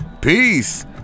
peace